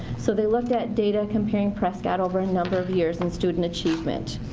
so they looked at data comparing prescott over a number of years in student achievement.